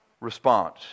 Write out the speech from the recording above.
response